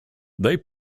they